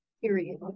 period